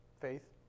Faith